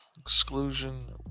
Exclusion